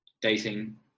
dating